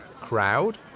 Crowd